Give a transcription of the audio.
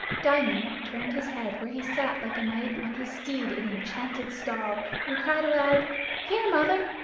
diamond turned his head where he sat like a knight on his steed in enchanted stall, and cried aloud here, mother!